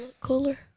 cooler